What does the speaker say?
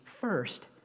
first